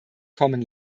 kommen